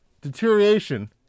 deterioration